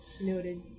Noted